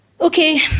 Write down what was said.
Okay